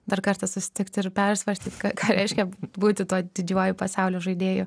dar kartą susitikt ir persvarstyt ką reiškia būti tuo didžiuoju pasaulio žaidėju